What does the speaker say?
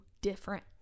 different